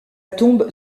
tombe